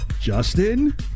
Justin